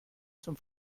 zum